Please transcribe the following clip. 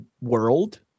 world